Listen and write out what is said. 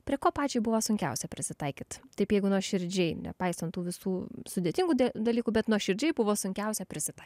prie ko pačiai buvo sunkiausia prisitaikyt taip jeigu nuoširdžiai nepaisant tų visų sudėtingų dalykų bet nuoširdžiai buvo sunkiausia prisiprast